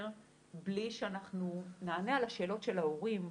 בלי שאנחנו נענה על השאלות של ההורים.